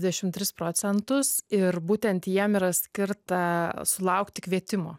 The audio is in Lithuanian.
dvidešimt tris procentus ir būtent jiem yra skirta sulaukti kvietimo